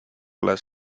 las